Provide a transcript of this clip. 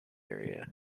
area